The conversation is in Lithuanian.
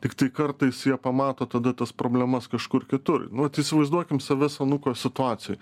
tiktai kartais jie pamato tada tas problemas kažkur kitur nu vat įsivaizduokim save senuko situacijoj